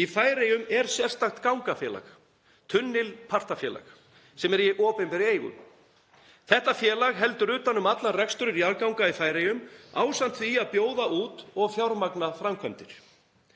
Í Færeyjum er sérstakt gangafélag, Tunnil partafelag, sem er í opinberri eigu. Þetta félag heldur utan um allan rekstur jarðganga í Færeyjum ásamt því að bjóða út og fjármagna framkvæmdir.